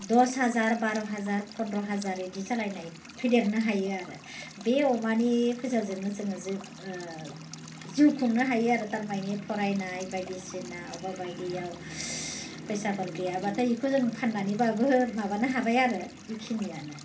दस हाजार बार' हाजार फन्द्र हाजार बिदि जालायनाय फेदेरनो हायो आरो बे अमानि फैसाजोंनो जोङो जों जिउ खुंनो हायो आरो थारमाने फरायनाय बायदिसिना बबेबा बायदियाव फैसाफोर गैयाबाथाय बेखौ जों फाननानैबाबो माबानो हाबाय आरो बेखिनियानो